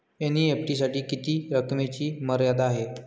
NEFT साठी किती रकमेची मर्यादा आहे?